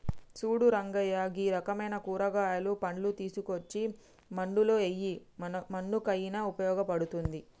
సూడు రంగయ్య గీ రకమైన కూరగాయలు, పండ్లు తీసుకోచ్చి మన్నులో ఎయ్యి మన్నుకయిన ఉపయోగ పడుతుంది